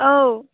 औ